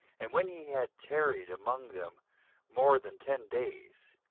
and when he had tarried among them more than ten days,